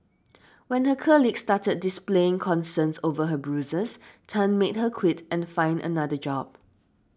when her colleagues started displaying concerns over her bruises Tan made her quit and find another job